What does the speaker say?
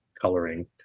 coloring